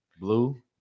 Blue